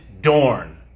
Dorn